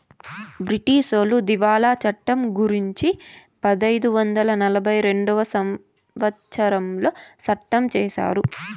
బ్రిటీసోళ్లు దివాళా చట్టం గురుంచి పదైదు వందల నలభై రెండవ సంవచ్చరంలో సట్టం చేశారు